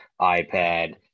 iPad